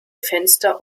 fenster